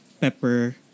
pepper